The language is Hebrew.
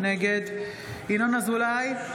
נגד ינון אזולאי,